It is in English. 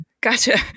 Gotcha